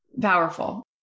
Powerful